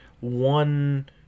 one